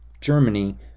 Germany